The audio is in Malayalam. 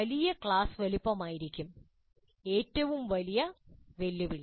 വലിയ ക്ലാസ് വലുപ്പമായിരിക്കും ഏറ്റവും വലിയ വെല്ലുവിളി